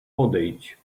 podejdź